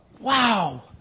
Wow